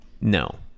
No